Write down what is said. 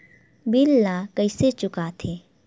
bill ला कइसे चुका थे